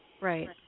Right